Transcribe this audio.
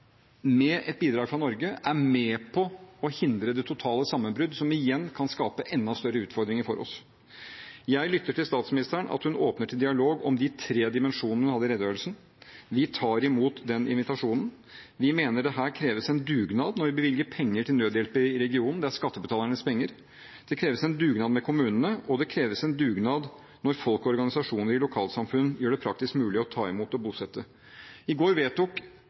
med et bidrag fra Norge er med på å hindre det totale sammenbrudd, som igjen kan skape enda større utfordringer for oss. Jeg lytter til statsministeren som åpner for dialog om de tre dimensjonene hun hadde i redegjørelsen. Vi tar imot den invitasjonen. Vi mener det her kreves en dugnad når vi bevilger penger til nødhjelp i regionen, det er skattebetalernes penger. Det kreves en dugnad med kommunene, og det kreves en dugnad når folk og organisasjoner i lokalsamfunn gjør det praktisk mulig å ta imot og bosette. I går vedtok